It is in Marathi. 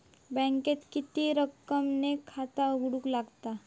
बँकेत किती रक्कम ने खाता उघडूक लागता?